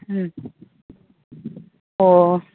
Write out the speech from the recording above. ꯎꯝ ꯑꯣ